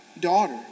Daughter